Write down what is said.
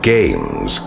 Games